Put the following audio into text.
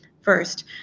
First